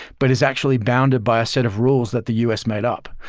but it's actually bounded by a set of rules that the u s. made up.